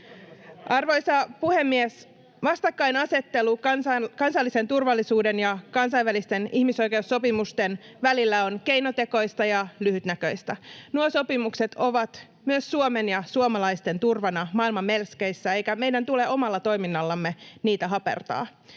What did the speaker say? Arvoisa puhemies! Vastakkainasettelu kansallisen turvallisuuden ja kansainvälisten ihmisoikeussopimusten välillä on keinotekoista ja lyhytnäköistä. Nuo sopimukset ovat myös Suomen ja suomalaisten turvana maailman melskeissä, eikä meidän tule omalla toiminnallamme niitä hapertaa.